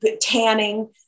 tanning